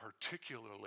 particularly